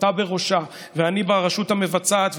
אתה בראשה ואני ברשות המבצעת,